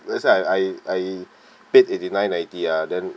that's why I I paid eighty nine ninety ah then